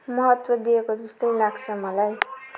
महत्त्व दिएको जस्तो लाग्छ मलाई